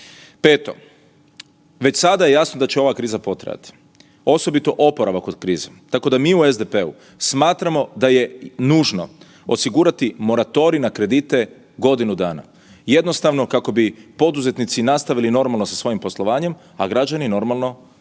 Peto, već sada je jasno da će ova kriza potrajati osobito oporavak od krize. Tako mi u SDP-u smatramo da je nužno osigurati moratorij na kredite godinu dana. Jednostavno kako bi poduzetnici nastavili normalno sa svojim poslovanje, a građani normalno sa